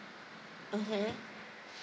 mmhmm